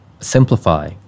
simplify